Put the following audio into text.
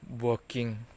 working